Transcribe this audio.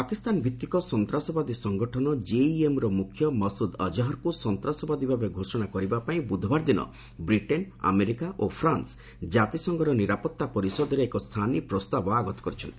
ପାକିସ୍ତାନଭିଭିକ ସନ୍ତାସବାଦୀ ସଙ୍ଗଠନ କେଇଏମ୍ର ମୁଖ୍ୟ ମସୁଦ୍ ଅଜ୍ହର୍କୁ ସନ୍ତାସବାଦୀ ଭାବେ ଘୋଷଣା କରିବାପାଇଁ ବୁଧବାର ଦିନ ବ୍ରିଟେନ୍ ଆମେରିକା ଓ ଫ୍ରାନ୍ସ ଜାତିସଂଘର ନିରାପତ୍ତା ପରିଷଦରେ ଏକ ସାନି ପ୍ରସ୍ତାବ ଆଗତ କରିଛନ୍ତି